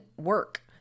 work